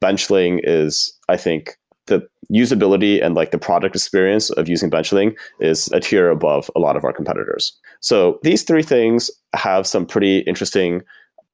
benchling is i think the usability and like the product experience of using benchling is adhere above a lot of our competitors so these three things have some pretty interesting